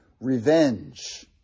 revenge